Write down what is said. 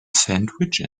sandwich